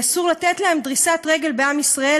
אסור לתת להם דריסת רגל בעם ישראל,